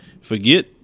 forget